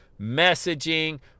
messaging